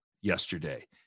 yesterday